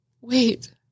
wait